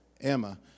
Emma